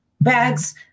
bags